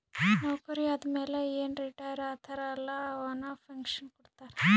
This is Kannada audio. ನೌಕರಿ ಆದಮ್ಯಾಲ ಏನ್ ರಿಟೈರ್ ಆತಾರ ಅಲ್ಲಾ ಅವಾಗ ಪೆನ್ಷನ್ ಕೊಡ್ತಾರ್